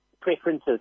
preferences